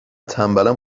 تنبلم